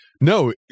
No